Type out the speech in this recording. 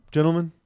Gentlemen